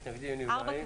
אין מתנגדים, אין נמנעים.